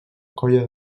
colla